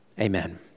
amen